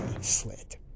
slit